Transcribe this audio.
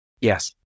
Yes